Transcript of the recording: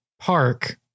park